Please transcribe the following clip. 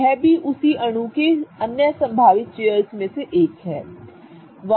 तो यह भी उसी अणु के अन्य संभावित चेयर्स में से एक है